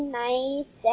nice